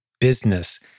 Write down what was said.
business